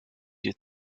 you